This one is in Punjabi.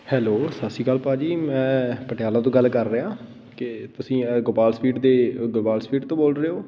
ਹੈਲੋ ਸਤਿ ਸ਼੍ਰੀ ਅਕਾਲ ਭਾਅ ਜੀ ਮੈਂ ਪਟਿਆਲਾ ਤੋਂ ਗੱਲ ਕਰ ਰਿਹਾ ਕੀ ਤੁਸੀਂ ਗੋਪਾਲ ਸਵੀਟ ਦੇ ਗੋਪਾਲ ਸਵੀਟ ਤੋਂ ਬੋਲ ਰਹੇ ਹੋ